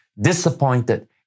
disappointed